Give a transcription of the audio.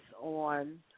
on